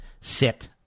sit